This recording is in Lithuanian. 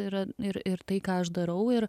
yra ir ir tai ką aš darau ir